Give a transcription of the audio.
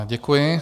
Děkuji.